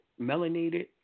melanated